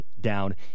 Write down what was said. down